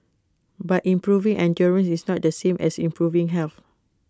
but improving and during is not the same as improving health